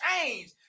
change